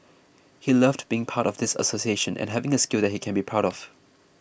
he loved being part of this association and having a skill that he can be proud of